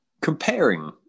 comparing